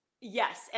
yes